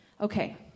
Okay